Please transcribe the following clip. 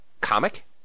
comic